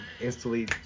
instantly